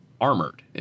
armored